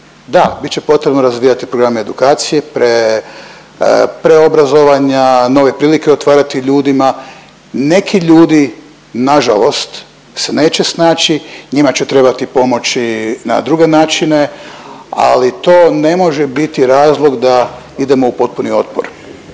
da bit će potrebno razvijati programe edukacije, preobrazovanja, nove prilike otvarati ljudima. Neki ljudi nažalost se neće snaći, njima će trebati pomoći na druge načine, ali to ne može biti razlog da idemo u potpuni otpor.